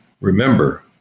remember